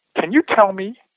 can you tell me,